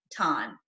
time